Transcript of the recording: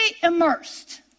immersed